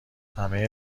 همهی